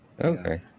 Okay